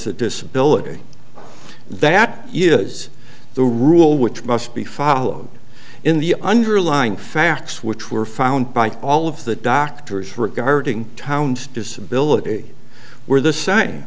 the disability that is the rule which must be followed in the underlying facts which were found by all of the doctors regarding town's disability where the same